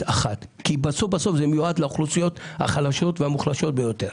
אחת כי בסוף זה מיועד לאוכלוסיות החלשות והמוחלשות ביותר.